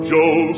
Joe